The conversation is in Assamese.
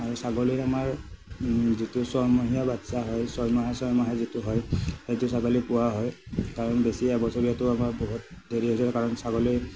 আৰু ছাগলীৰ আমাৰ যিটো ছয়মহীয়া বাচ্ছা হয় ছয়মাহে ছয়মাহে যিটো হয় সেইটো ছাগলী পোহা হয় কাৰণ বেছি এবছৰীয়াটো আমাৰ বহুত দেৰি হৈ যায় কাৰণ ছাগলী